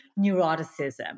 neuroticism